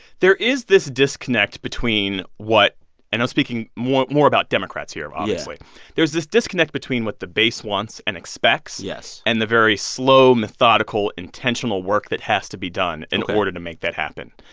there is this disconnect between what and i'm speaking more more about democrats here, obviously yeah there is this disconnect between what the base wants and expects. yes. and the very slow, methodical, intentional work that has to be done in order to make that happen.